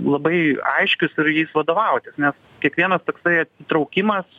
labai aiškius ir jais vadovautis nes kiekvienas toksai atsitraukimas